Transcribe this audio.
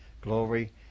Glory